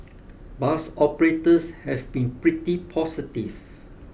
bus operators have been pretty positive